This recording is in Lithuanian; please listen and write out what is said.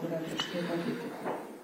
kurią prieš tai pateikėte